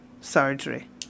surgery